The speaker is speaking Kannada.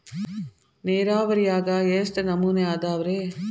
ನೇರಾವರಿಯಾಗ ಎಷ್ಟ ನಮೂನಿ ಅದಾವ್ರೇ?